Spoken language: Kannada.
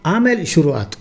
ಆಮೇಲೆ ಶುರು ಆಯ್ತು